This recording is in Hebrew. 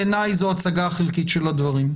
בעיניי זו הצגה חלקית של הדברים.